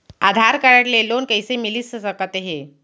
आधार card ले loan कइसे मिलिस सकत हे?